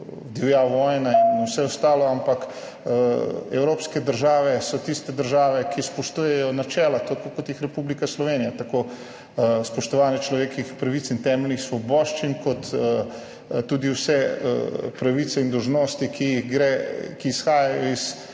divja vojna in vse ostalo. Ampak evropske države so tiste države, ki spoštujejo načela, tako kot jih Republika Slovenija, tako spoštovanje človekovih pravic in temeljnih svoboščin kot tudi vse pravice in dolžnosti, ki izhajajo